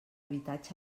habitatge